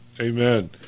Amen